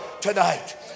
tonight